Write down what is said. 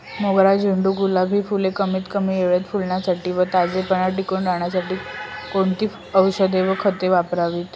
मोगरा, झेंडू, गुलाब हि फूले कमीत कमी वेळेत फुलण्यासाठी व ताजेपणा टिकून राहण्यासाठी कोणती औषधे व खते वापरावीत?